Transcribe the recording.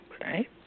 Okay